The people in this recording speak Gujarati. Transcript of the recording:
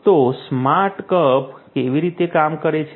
તો સ્માર્ટ કપ કેવી રીતે કામ કરે છે